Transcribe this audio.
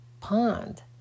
pond